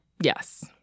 Yes